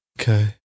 Okay